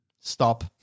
stop